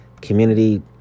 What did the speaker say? community